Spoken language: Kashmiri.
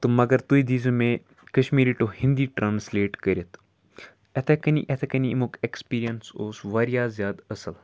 تہٕ مگر تُہۍ دیٖزیو مےٚ کَشمیٖری ٹُہ ہِنٛدی ٹرٛانَسلیٹ کٔرِتھ یِتھَے کَنی یِتھَے کَنی اَمیُک اٮ۪کٕسپیٖرینٕس اوس واریاہ زیادٕ اصٕل